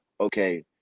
okay